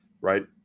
right